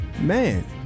man